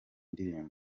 ndirimbo